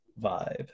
vibe